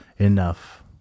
enough